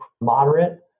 moderate